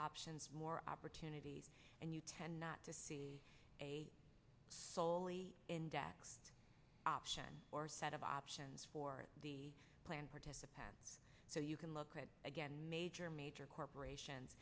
options more opportunities and you tend not to see a wholly in debt option or set of options for the plan participants so you can look at again major major corporations